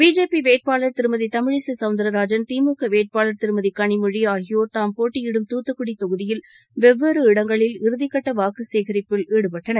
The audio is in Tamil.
பிஜேபி வேட்பாளர் திருமதி தமிழிசை சௌந்தரராஜன் திமுக வேட்பாளர் திருமதி கனிமொழி ஆகியோர் தாம் போட்டியிடும் துத்துக்குடி தொகுதியில் வெவ்வேறு இடங்களில் இறுதிக்கட்ட வாக்கு சேகரிப்பில் ஈடுபட்டனர்